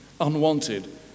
unwanted